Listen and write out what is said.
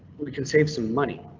we can save some money.